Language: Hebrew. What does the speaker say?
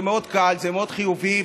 זה מאוד קל וזה מאוד חיובי,